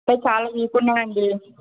అంటే చాలా వీక్ ఉన్నాడు అండి